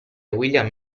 william